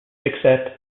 except